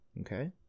Okay